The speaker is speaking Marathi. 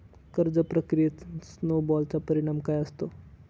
कर्ज प्रक्रियेत स्नो बॉलचा परिणाम काय असतो?